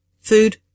food